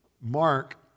Mark